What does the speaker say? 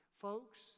Folks